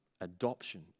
Adoption